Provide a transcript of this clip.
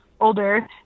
older